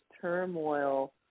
turmoil